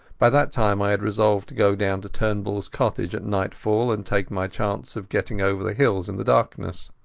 by that time i had resolved to go down to turnbullas cottage at nightfall and take my chance of getting over the hills in the darkness.